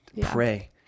Pray